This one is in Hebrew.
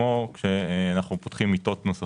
כמו שאנחנו פותחים לצורך העניין מיטות נוספות,